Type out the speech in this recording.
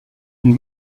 une